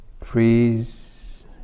freeze